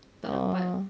oh